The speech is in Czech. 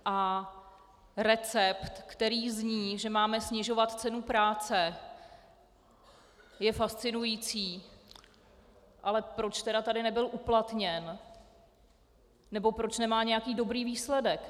A recept, který zní, že máme snižovat cenu práce, je fascinující ale proč tedy tady nebyl uplatněn nebo proč nemá nějaký dobrý výsledek?